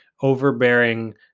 overbearing